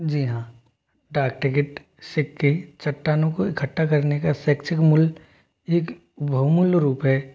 जी हाँ डाक टिकट सिक्के चट्टानों को इकट्ठा करने का सेकक्षित मूल एक बहुमूल्य रूप है